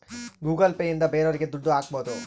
Google Pay ಇಂದ ಬೇರೋರಿಗೆ ದುಡ್ಡು ಹಾಕ್ಬೋದು